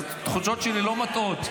התחושות שלי לא מטעות.